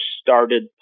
started